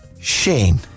Shane